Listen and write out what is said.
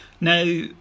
Now